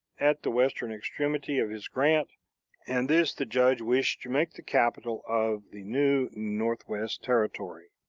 at the western extremity of his grant and this, the judge wished to make the capital of the new northwest territory.